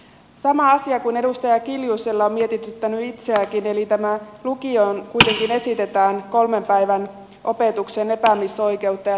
sama asia kuin edustaja kiljusta on mietityttänyt itseänikin eli tämä että lukioon kuitenkin esitetään kolmen päivän opetuksen epäämisoikeutta